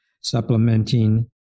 supplementing